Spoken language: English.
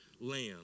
Lamb